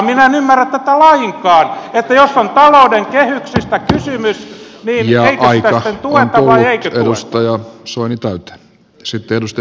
minä en ymmärrä tätä lainkaan että jos on talouden kehyksistä kysymys mihin jo ohi tältä tuotavan eikä eikö sitä sitten tueta